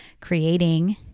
creating